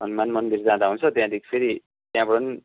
हनुमान मन्दिर जाँदा हुन्छ त्यहाँदेखि फेरि त्यहाँबाट पनि